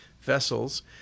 vessels